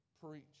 preach